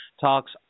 talks